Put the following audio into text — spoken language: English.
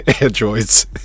androids